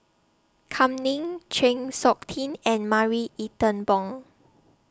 Kam Ning Chng Seok Tin and Marie Ethel Bong